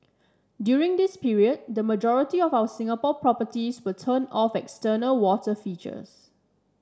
during this period the majority of our Singapore properties will turn off external water features